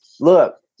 look